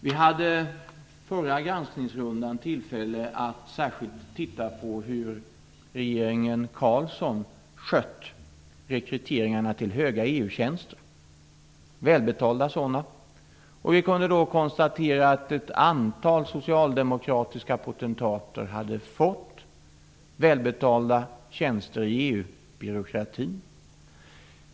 Vi hade förra granskningsrundan tillfälle att särskilt titta på hur regeringen Carlsson skött rekryteringarna till höga EU-tjänster, välbetalda sådana, och vi kunde då konstatera att ett antal socialdemokratiska potentater hade fått välbetalda tjänster i EU-byråkratin.